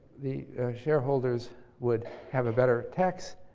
the shareholders would have a better tax